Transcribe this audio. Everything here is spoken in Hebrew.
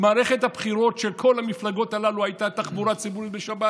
במערכת הבחירות של כל המפלגות הללו היו התחבורה הציבורית בשבת,